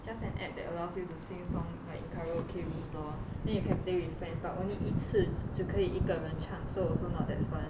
just an app that allows you to sing song like in karaoke rooms lor then you can play with friends but only 一次只可以一个人唱 so also not that fun